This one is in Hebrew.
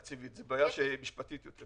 זה לא בעיה תקציבית אלא בעיה משפטית יותר.